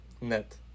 Net